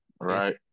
Right